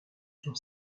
son